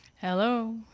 Hello